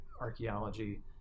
archaeology